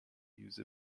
use